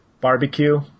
Barbecue